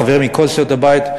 חברים מכל סיעות הבית,